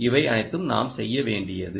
இவை அனைத்தும் நாம் செய்ய வேண்டியது